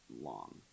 long